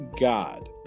God